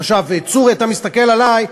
עכשיו, צור, אתה מסתכל עלי.